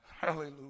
Hallelujah